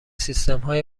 سیستمهای